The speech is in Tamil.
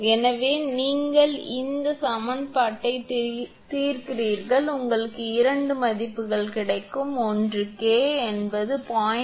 எனவே நீங்கள் இந்த சமன்பாட்டை தீர்க்கிறீர்கள் உங்களுக்கு இரண்டு மதிப்புகள் கிடைக்கும் ஒன்று K என்பது 0